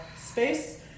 space